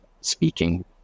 speaking